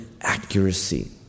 accuracy